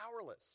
powerless